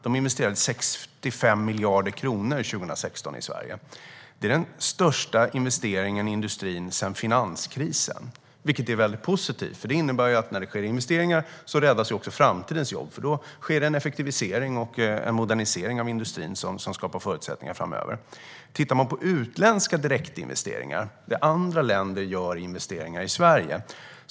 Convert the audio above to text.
Där investerades 65 miljarder kronor i Sverige 2016. Det är den största investeringen i industrin sedan finanskrisen, vilket är positivt. Det innebär att när det sker investeringar räddas också framtidens jobb, för då sker en effektivisering och en modernisering av industrin som skapar förutsättningar framöver. Låt oss sedan se på utländska direktinvesteringar - det som andra länder gör i investeringar i Sverige.